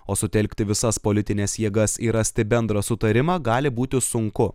o sutelkti visas politines jėgas ir rasti bendrą sutarimą gali būti sunku